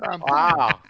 Wow